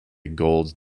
gold